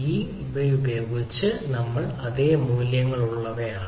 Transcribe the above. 95 ശതമാനം നമ്മൾ ഉപയോഗിച്ച അതേ തരത്തിലുള്ള മൂല്യങ്ങളാണ്